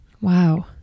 Wow